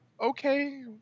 okay